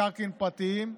מקרקעין פרטיים.